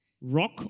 Rock